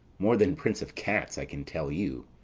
more than prince of cats, i can tell you.